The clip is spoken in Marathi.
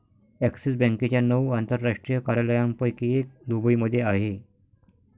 ॲक्सिस बँकेच्या नऊ आंतरराष्ट्रीय कार्यालयांपैकी एक दुबईमध्ये आहे